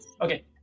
Okay